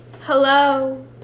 Hello